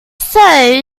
sow